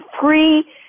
free